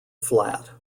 flat